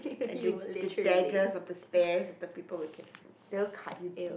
and the the daggers of the stares of the people who can they'll cut you deep